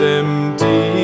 empty